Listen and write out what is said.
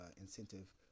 incentive